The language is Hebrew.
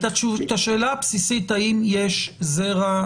השאלה הבסיסית האם יש זרע